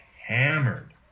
hammered